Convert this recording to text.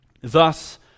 Thus